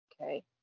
Okay